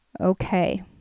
Okay